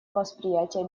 восприятия